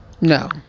no